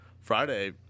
Friday